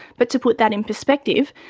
but to put that in perspective,